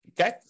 Okay